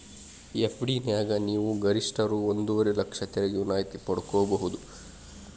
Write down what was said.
FD ನ್ಯಾಗ ನೇವು ಗರಿಷ್ಠ ರೂ ಒಂದುವರೆ ಲಕ್ಷ ತೆರಿಗೆ ವಿನಾಯಿತಿ ಪಡ್ಕೊಬಹುದು